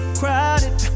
crowded